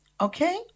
okay